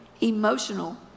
emotional